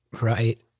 Right